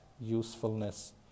usefulness